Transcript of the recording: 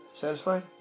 Satisfied